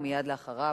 ומייד אחריו,